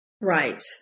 Right